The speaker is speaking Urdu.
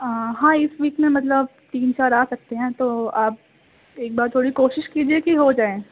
ہاں اس ویک میں مطلب تین چار آ سکتے ہیں تو آپ ایک بار تھوڑی کوشش کیجیے کہ ہو جائے